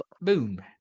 boom